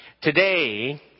today